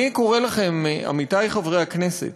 אני קורא לכם, עמיתי חברי הכנסת,